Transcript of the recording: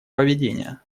поведения